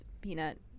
peanut